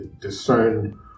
discern